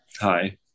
hi